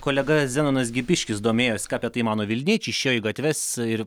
kolega zenonas gipiškis domėjosi ką apie tai mano vilniečiai išėjo į gatves ir